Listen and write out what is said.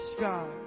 God